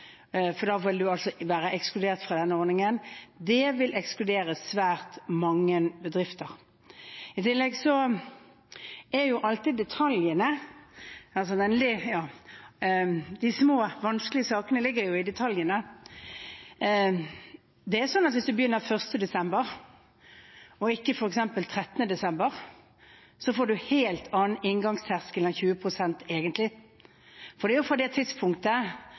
da vil være ekskludert fra denne ordningen? Det vil ekskludere svært mange bedrifter. I tillegg er det sånn at de små, vanskelige sakene ligger i detaljene. Det er sånn at hvis man begynner 1. desember og ikke f.eks. 13. desember, så får man egentlig en helt annen inngangsterskel enn 20 pst. Det er jo fra det tidspunktet